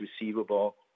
receivable